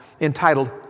entitled